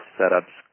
setups